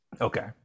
okay